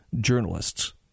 Journalists